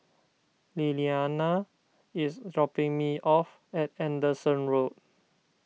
Lillianna is dropping me off at Anderson Road